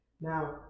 Now